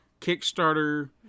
kickstarter